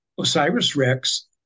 OSIRIS-REx